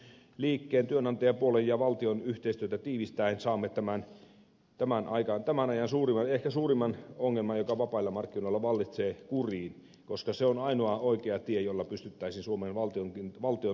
ammattiyhdistysliikkeen työnantajapuolen ja valtion yhteistyötä tiivistäen saamme tämän ajan ehkä suurimman ongelman joka vapailla markkinoilla vallitsee kuriin koska se on ainoa oikea tie jolla pystyttäisiin suomen valtiontalouttakin parantamaan